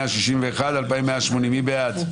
מתייחסת להסתייגויות 2000-1981, מי בעד?